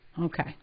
Okay